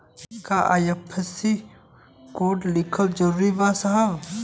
का IFSC code लिखल जरूरी बा साहब?